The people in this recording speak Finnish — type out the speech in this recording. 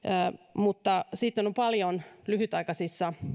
mutta sitten on paljon lyhytaikaisissa